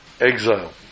exile